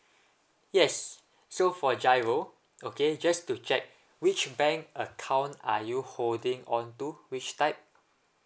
yes so for GIRO okay just to check which bank account are you holding onto which type